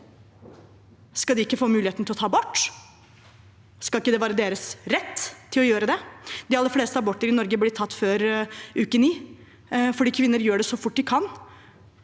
Skal de ikke ha mulighet til å ta abort? Skal det ikke være deres rett å gjøre det? De aller fleste aborter i Norge tas før uke 9 fordi kvinner gjør det så fort de kan,